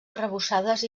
arrebossades